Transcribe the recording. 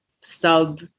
sub